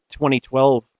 2012